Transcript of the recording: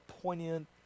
poignant